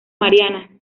mariana